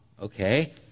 okay